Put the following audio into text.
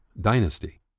dynasty